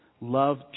Love